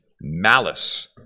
malice